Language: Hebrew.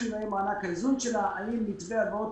ונראה מה משמעות מענק האיזון ואיך אפשר לקדם את החלטות